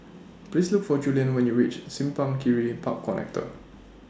Please Look For Julian when YOU REACH Simpang Kiri Park Connector